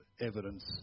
evidence